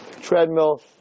treadmill